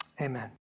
amen